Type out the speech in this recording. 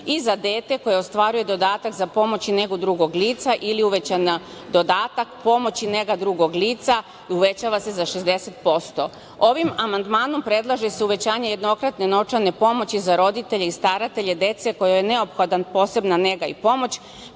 i za dete koje ostvaruje dodatak za pomoć i negu drugog lica ili uvećani dodatak za pomoć i negu drugog lica uvećava se za 60%.Ovim amandmanom predlaže se uvećanje jednokratne novčane pomoći za roditelje i staratelje dece kojoj je neophodna posebna nega i pomoć,